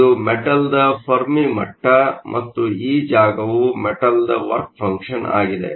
ಇದು ಮೆಟಲ್Metalನ ಫೆರ್ಮಿ ಮಟ್ಟ ಮತ್ತು ಈ ಜಾಗವು ಮೆಟಲ್ನ ವರ್ಕ್ ಫಂಕ್ಷನ್Work function ಆಗಿದೆ